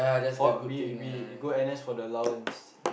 for we we we go N_S for the allowance